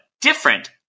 different